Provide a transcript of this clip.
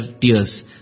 tears